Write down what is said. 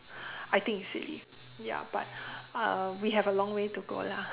I think it's silly ya but uh we have a long way to go lah